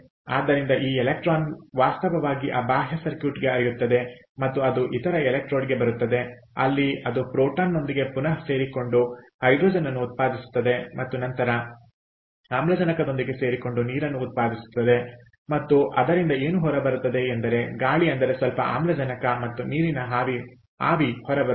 ಆದ್ದರಿಂದ ಈ ಎಲೆಕ್ಟ್ರಾನ್ ವಾಸ್ತವವಾಗಿ ಆ ಬಾಹ್ಯ ಸರ್ಕ್ಯೂಟ್ಗೆ ಹರಿಯುತ್ತದೆ ಮತ್ತು ಅದು ಇತರ ಎಲೆಕ್ಟ್ರೋಡ್ಗೆ ಬರುತ್ತದೆ ಅಲ್ಲಿ ಅದು ಪ್ರೋಟಾನ್ನೊಂದಿಗೆ ಪುನಃ ಸೇರಿಕೊಂಡು ಹೈಡ್ರೋಜನ್ಅನ್ನು ಉತ್ಪಾದಿಸುತ್ತದೆ ಮತ್ತು ನಂತರ ಆಮ್ಲಜನಕದೊಂದಿಗೆ ಸೇರಿಕೊಂಡು ನೀರನ್ನು ಉತ್ಪಾದಿಸುತ್ತದೆ ಮತ್ತು ಅದರಿಂದ ಏನು ಹೊರಬರುತ್ತದೆ ಎಂದರೆ ಗಾಳಿ ಅಂದರೆ ಸ್ವಲ್ಪ ಆಮ್ಲಜನಕ ಮತ್ತು ನೀರಿನ ಆವಿ ಹೊರಬರುತ್ತದೆ